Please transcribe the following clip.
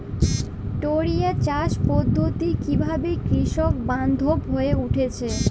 টোরিয়া চাষ পদ্ধতি কিভাবে কৃষকবান্ধব হয়ে উঠেছে?